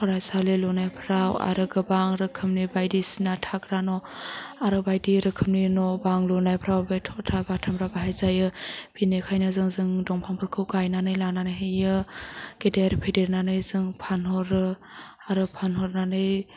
फरायसालि लुनायफ्राव आरो गोबां रोखोमनि बायदिसिना थाग्रा न' आरो बायदि रोखोमनि न' बां लुनायफ्राव बे थगथा बाथामफ्रा बाहायजायो बिनिखायनो जों जों दंफांफोरखौ गायनानै लानानैहायो गेदेर फेदेरनानै जों फानहरो आरो फानहरनानै